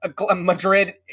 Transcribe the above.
Madrid